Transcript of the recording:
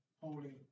Holy